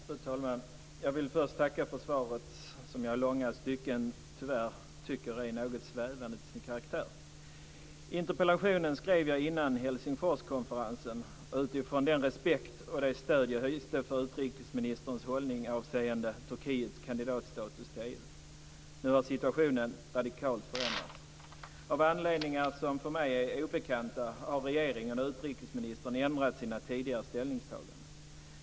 Fru talman! Jag vill först tacka för svaret, som jag i långa stycken tyvärr tycker är något svävande till sin karaktär. Interpellationen skrev jag innan Helsingforskonferensen utifrån den respekt och det stöd jag hyste för utrikesministerns hållning avseende Turkiets kandidatstatus tidigare. Nu har situationen radikalt förändrats. Av anledningar som för mig är obekanta har regeringen och utrikesministern ändrat sina tidigare ställningstaganden.